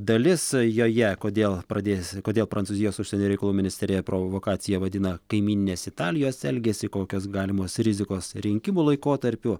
dalis joje kodėl pradės kodėl prancūzijos užsienio reikalų ministerija provokacija vadina kaimyninės italijos elgesį kokios galimos rizikos rinkimų laikotarpiu